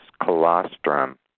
colostrum